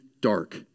dark